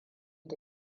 da